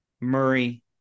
Murray